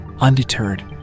undeterred